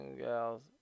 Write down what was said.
gals